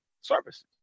services